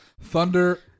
thunder